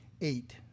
Eight